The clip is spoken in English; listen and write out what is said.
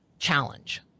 challenge